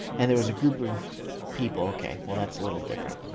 and there was a group of people. okay, well that's a little different.